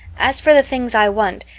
as for the things i want,